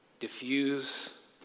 diffuse